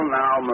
now